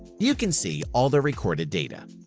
you can see all the recorded data.